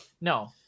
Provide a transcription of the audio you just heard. no